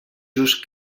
just